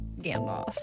Gandalf